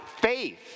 faith